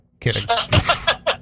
Kidding